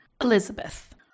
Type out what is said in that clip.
Elizabeth